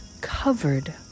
covered